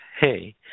hey